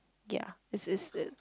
ya this is the